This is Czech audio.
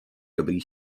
dobrý